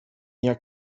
near